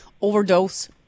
overdose